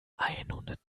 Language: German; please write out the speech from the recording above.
einhundert